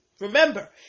Remember